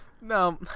No